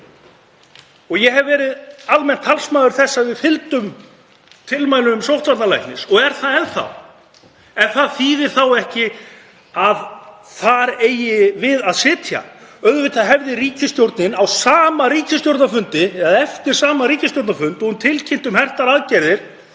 og ég hef verið almennt talsmaður þess að við fylgdum tilmælum sóttvarnalæknis og er það enn þá. En það þýðir ekki að þar eigi við að sitja. Auðvitað hefði ríkisstjórnin eftir sama ríkisstjórnarfund og hún tilkynnti um hertar aðgerðir